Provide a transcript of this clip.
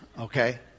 okay